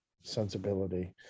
sensibility